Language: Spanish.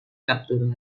capturado